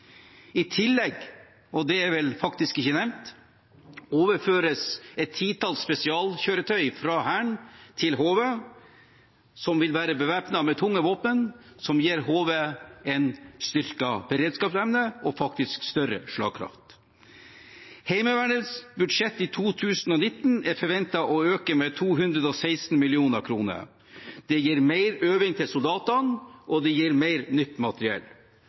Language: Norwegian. I tillegg – og det er faktisk ikke nevnt – overføres titalls spesialkjøretøy fra Hæren til HV, som vil være bevæpnet med tunge våpen, og som gir HV en styrket beredskapsevne og faktisk større slagkraft. Heimevernets budsjett i 2019 er forventet å øke med 216 mill. kr. Det gir mer øving til soldatene, og det gir mer nytt materiell.